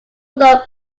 lobe